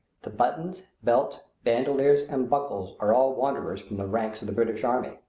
the buttons, belts, bandoleers, and buckles are all wanderers from the ranks of the british army.